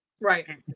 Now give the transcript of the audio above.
right